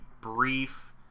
brief